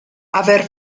aver